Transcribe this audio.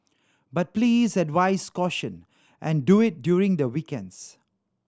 but please advise caution and do it during the weekends